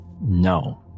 No